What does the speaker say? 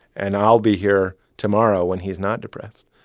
and i'll be here tomorrow when he's not depressed.